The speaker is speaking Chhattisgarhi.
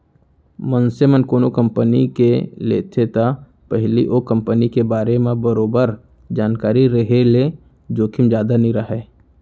मनसे मन कोनो कंपनी के लेथे त पहिली ओ कंपनी के बारे म बरोबर जानकारी रेहे ले जोखिम जादा नइ राहय